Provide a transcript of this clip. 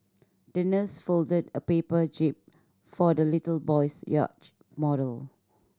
the nurse folded a paper jib for the little boy's yacht model